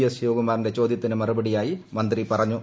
S ശിവകുമാറിന്റെ ചോദ്യത്തിന്റ് മറുപടിയായി മന്ത്രി പറഞ്ഞു